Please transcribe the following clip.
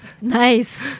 Nice